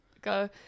go